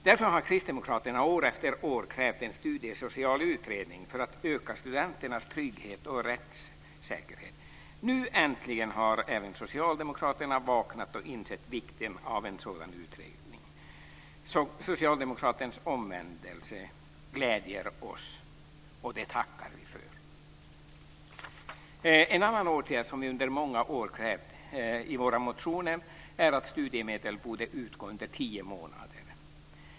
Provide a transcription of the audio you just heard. Därför har kristdemokraterna år efter år krävt en studiesocial utredning för att öka studenternas trygghet och rättssäkerhet. Nu äntligen har även socialdemokraterna vaknat och insett vikten av en sådan utredning. Socialdemokraternas omvändelse gläder oss, och det tackar vi för. En annan sak som vi under många år har tagit upp i våra motioner är att studiemedel borde utgå under tio månader.